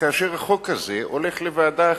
כאשר החוק הזה הולך לוועדה אחרת?